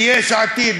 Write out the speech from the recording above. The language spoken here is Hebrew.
יש עתיד,